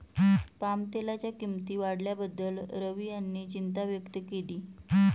पामतेलाच्या किंमती वाढल्याबद्दल रवी यांनी चिंता व्यक्त केली